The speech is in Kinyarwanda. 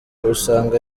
usanga